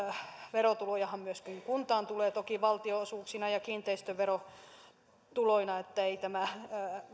verotulojahan myöskin kuntaan tulee toki valtionosuuksina ja kiinteistöverotuloina ettei tämä